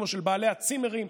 או של בעלי הצימרים,